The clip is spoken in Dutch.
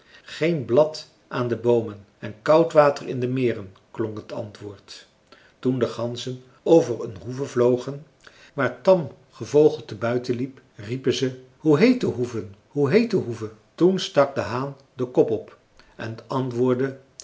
geen blad aan de boomen en koud water in de meren klonk het antwoord toen de ganzen over een hoeve vlogen waar tam gevogelte buiten liep riepen ze hoe heet de hoeve hoe heet de hoeve toen stak de haan den kop op en antwoordde